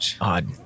odd